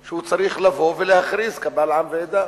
שהוא צריך לבוא ולהכריז קבל עם ועדה.